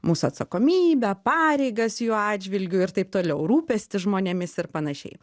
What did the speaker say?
mūsų atsakomybę pareigas jų atžvilgiu ir taip toliau rūpestį žmonėmis ir panašiai